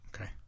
Okay